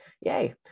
Yay